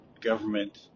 government